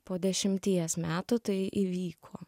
po dešimties metų tai įvyko